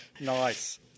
Nice